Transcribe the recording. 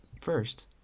first